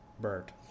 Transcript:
Bert